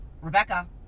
Rebecca